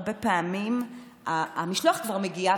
הרבה פעמים המשלוח כבר מגיע,